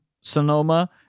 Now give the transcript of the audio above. Sonoma